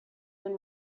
been